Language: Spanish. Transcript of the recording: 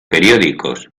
periódicos